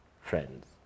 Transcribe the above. friends